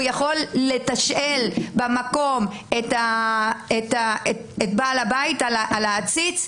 הוא יכול לתשאל במקום את בעל הבית לגבי העציץ?